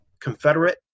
confederate